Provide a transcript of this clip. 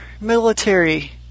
military